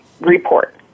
report